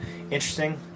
interesting